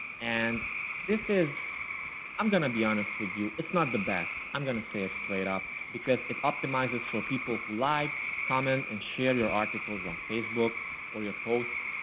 and this is i'm gonna be honest with you. it's not the best. i'm gonna say it straight up because it optimizes for people like comment and share your articles on facebook or your posts.